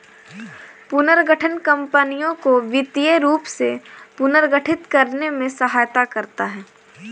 पुनर्गठन कंपनियों को वित्तीय रूप से पुनर्गठित करने में सहायता करता हैं